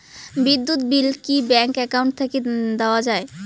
বিদ্যুৎ বিল কি bank account থাকি দেওয়া য়ায়?